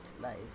life